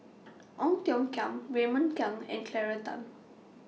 Ong Tiong Khiam Raymond Kang and Claire Tham